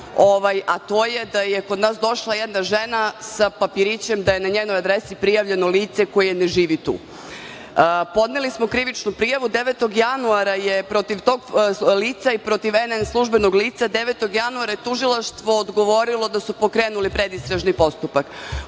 a to je da je kod nas došla jedna žena sa papirićem da je na njenoj adresi prijavljeno lice koje ne živi tu. Podneli smo krivičnu prijavu 9. januara, protiv tog lica i protiv "NN" službenog lica, kada je tužilaštvo odgovorilo da su pokrenuli predistražni postupak.